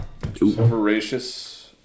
Voracious